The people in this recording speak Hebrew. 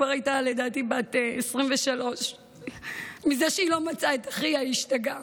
היא הייתה לדעתי כבר בת 23. מזה שהיא לא מצאה את אחיה היא השתגעה,